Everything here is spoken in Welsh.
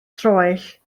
troell